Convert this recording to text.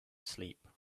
sleep